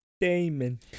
Damon